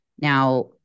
Now